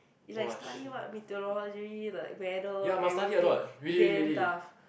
it's like study what meteorology the gravel everything damn tough